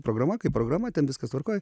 programa kaip programa ten viskas tvarkoj